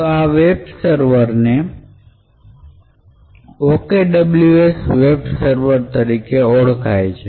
તો આ વેબ સર્વરને OKWS વેબ સર્વર તરીકે ઓળખાય છે